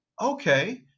okay